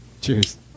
Cheers